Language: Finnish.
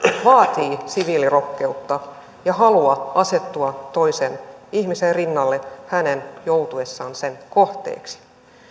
vaatii siviilirohkeutta ja halua asettua toisen ihmisen rinnalle tämän joutuessa sen kohteeksi